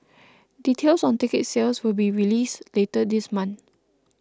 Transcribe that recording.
details on ticket sales will be released later this month